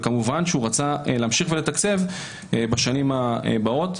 וכמובן שהוא רצה להמשיך לתקצב בשנים הבאות.